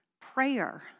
prayer